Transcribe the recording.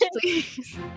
please